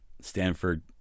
Stanford